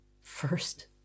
first